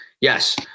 Yes